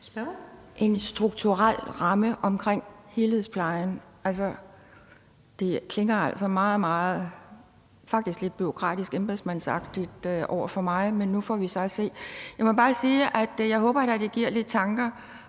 en strukturel ramme omkring helhedsplejen. Altså, det klinger faktisk lidt bureaukratisk og embedsmandsagtigt for mig, men nu får vi så at se. Jeg må bare sige, at jeg da håber, at det vækker lidt tanker,